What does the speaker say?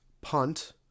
punt